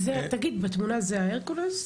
תגיד, בתמונה זה ההרקולס?